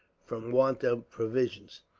from want of provisions.